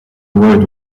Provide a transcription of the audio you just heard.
word